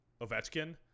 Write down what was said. Ovechkin